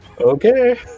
Okay